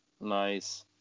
Nice